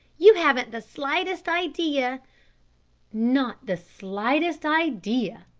you haven't the slightest idea not the slightest idea,